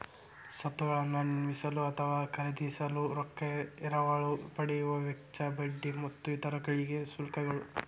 ಸ್ವತ್ತುಗಳನ್ನ ನಿರ್ಮಿಸಲು ಅಥವಾ ಖರೇದಿಸಲು ರೊಕ್ಕಾ ಎರವಲು ಪಡೆಯುವ ವೆಚ್ಚ, ಬಡ್ಡಿ ಮತ್ತು ಇತರ ಗಳಿಗೆ ಶುಲ್ಕಗಳು